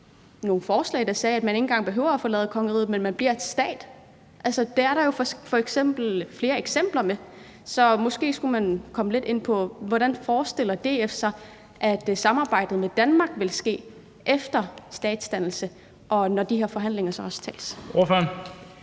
nogle forslag, der sagde, at man ikke engang behøver at forlade kongeriget, men at man bliver en stat. Altså, det er der jo flere eksempler på. Så måske skulle man komme lidt ind på, hvordan DF forestiller sig at samarbejdet med Danmark vil ske efter en statsdannelse, når de her forhandlinger så også tages.